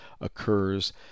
occurs